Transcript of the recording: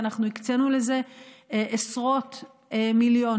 ואנחנו הקצינו לזה עשרות מיליונים,